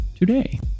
today